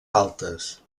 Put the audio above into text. altes